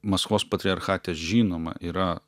maskvos patriarchate žinoma yra